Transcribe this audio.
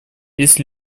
есть